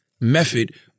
method